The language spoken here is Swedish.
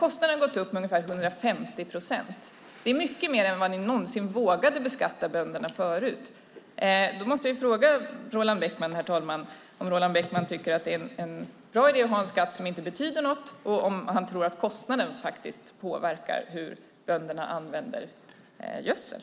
Kostnaden har gått upp med ungefär 150 procent. Det är mycket mer än vad ni någonsin vågade beskatta bönderna med förut. Då måste jag fråga Roland Bäckman, herr talman, om han tycker att det är en bra idé att ha en skatt som inte betyder något och om han tror att kostnaden påverkar hur bönderna använder gödsel.